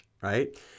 right